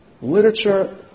Literature